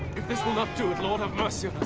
if this will not do it, lord have mercy